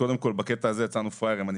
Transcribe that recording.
בקטע הזה יצאנו פראיירים --- אני